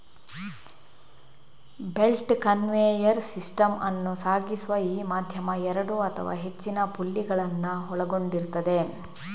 belt conveyor system ಅನ್ನು ಸಾಗಿಸುವ ಈ ಮಾಧ್ಯಮ ಎರಡು ಅಥವಾ ಹೆಚ್ಚಿನ ಪುಲ್ಲಿಗಳನ್ನ ಒಳಗೊಂಡಿರ್ತದೆ